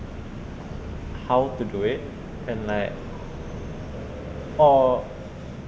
how to do it and like or